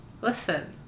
Listen